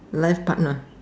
life partner